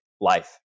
life